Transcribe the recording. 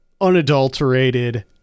unadulterated